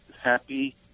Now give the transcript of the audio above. happy